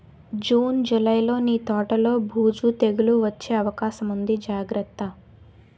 June, జూలైలో నీ తోటలో బూజు, తెగులూ వచ్చే అవకాశముంది జాగ్రత్త